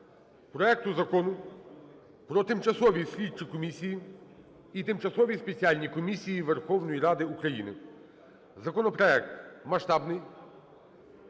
проекту Закону про тимчасові слідчі комісії і тимчасові спеціальні комісії Верховної Ради України. Законопроект масштабний,